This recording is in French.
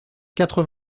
quatre